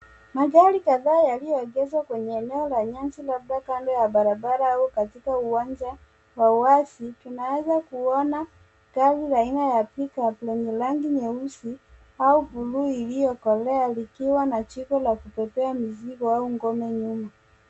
Magari kadhaa yaliyoegeshwa kwenye eneo la nyasi labda kando ya barabara au katika uwanja wa wazi . Tunaweza kuona gari aina ya Pickup lenye rangi nyeusi au buluu iliyokolea likiwa na jiko la kubebea mizigo au ngome nyuma.